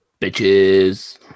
bitches